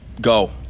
go